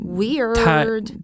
weird